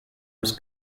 was